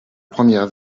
première